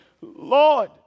Lord